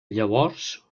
llavors